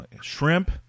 shrimp